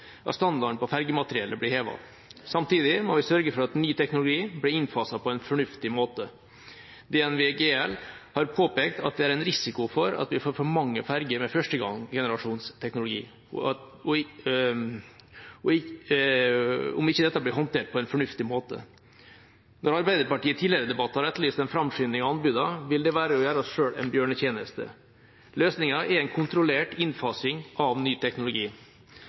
at standarden på fergemateriellet blir hevet. Samtidig må vi sørge for at ny teknologi blir innfaset på en fornuftig måte. DNV GL har påpekt at det er en risiko for at vi vil få for mange ferger med førstegenerasjonsteknologi om ikke dette blir håndtert på en fornuftig måte. Arbeiderpartiet har i tidligere debatter etterlyst en framskynding av anbudene, men det vil være å gjøre oss selv en bjørnetjeneste. Løsningen er en kontrollert innfasing av ny teknologi.